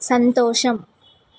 సంతోషం